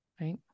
Right